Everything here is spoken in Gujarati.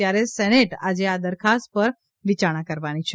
ત્યારે સેનેટ આજે આ દરખાસ્ત પર વિયારણા કરવાની છે